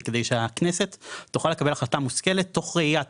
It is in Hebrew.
זה כדי שהכנסת תוכל לקבל החלטה מושכלת תוך ראיית